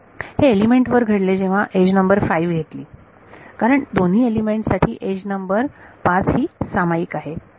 हे एलिमेंट वर घडले जेव्हा एज नंबर 5 घेतली कारण दोन्ही एलिमेंट साठी एज नंबर 5 ही सामायिक आहे